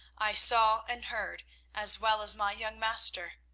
i saw and heard as well as my young master.